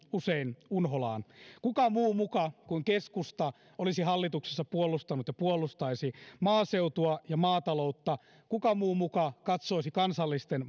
usein unholaan kuka muu muka kuin keskusta olisi hallituksessa puolustanut ja puolustaisi maaseutua ja maataloutta kuka muu muka katsoisi kansallisten